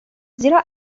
زیرا